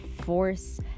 force